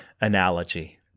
analogy